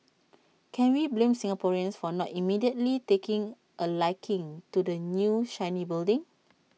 can we blame Singaporeans for not immediately taking A liking to the new shiny building